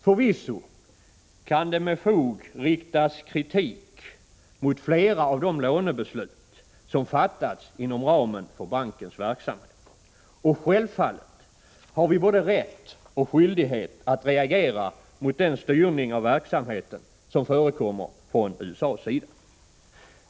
Förvisso kan det med fog riktas kritik mot flera av de beslut om lån som fattats inom ramen för bankens verksamhet, och självfallet har vi både rätt och skyldighet att reagera mot den styrning av verksamheten som förekommer från USA:s sida.